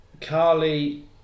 Carly